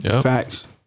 Facts